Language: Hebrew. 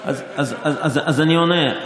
אז אני עונה,